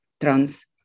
trans